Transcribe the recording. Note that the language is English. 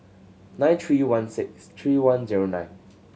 nine three one six three one zero nine